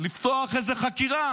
לפתוח איזו חקירה.